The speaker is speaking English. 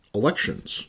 elections